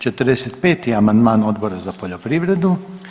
45. amandman Odbora za poljoprivredu.